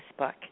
Facebook